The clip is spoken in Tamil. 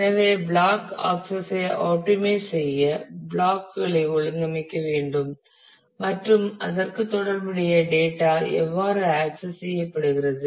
எனவே பிளாக் ஆக்சஸ் ஐ ஆப்டிமைஸ் செய்ய பிளாக் களை ஒழுங்கமைக்க வேண்டும் மற்றும் அதற்கு தொடர்புடைய டேட்டா எவ்வாறு ஆக்சஸ் செய்யப்படுகிறது